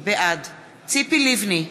בעד ציפי לבני,